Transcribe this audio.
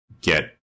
get